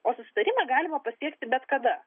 o susitarimą galima pasiekti bet kada